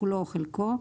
כולו או חלקו .